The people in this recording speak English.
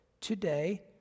today